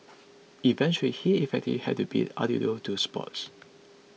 eventually he effectively had to bid adieu to sports